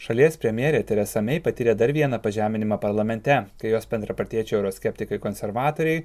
šalies premjerė teresa mei patyrė dar vieną pažeminimą parlamente kai jos bendrapartiečio euroskeptikai konservatoriai